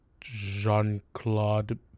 Jean-Claude